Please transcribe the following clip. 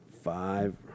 five